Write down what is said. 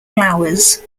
flowers